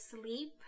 Sleep